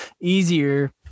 easier